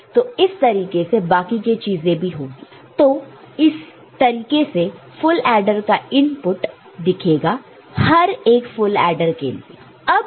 तो इस तरीके से बाकी के चीजें भी होगी तो इस तरीके से फुल एडर का इनपुट दिखेगा हर एक फुल एडर के लिए